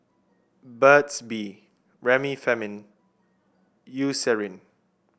Burt's Bee Remifemin Eucerin